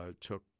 took